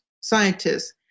scientists